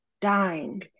dying